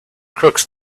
crooks